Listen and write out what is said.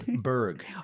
Berg